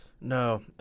No